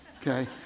okay